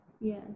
Yes